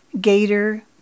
Gator